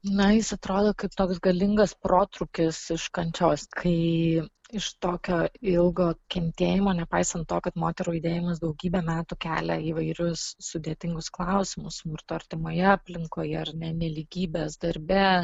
na jis atrodo kaip toks galingas protrūkis iš kančios kai iš tokio ilgo kentėjimo nepaisant to kad moterų judėjimas daugybę metų kelia įvairius sudėtingus klausimus smurto artimoje aplinkoje ar ne nelygybės darbe